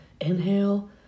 inhale